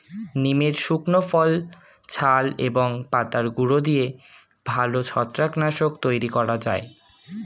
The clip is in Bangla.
নিমের শুকনো ফল, ছাল এবং পাতার গুঁড়ো দিয়ে ভালো ছত্রাক নাশক তৈরি করা যায়